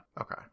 Okay